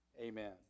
Amen